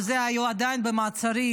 כשיהיו עדיין במעצרים,